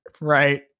Right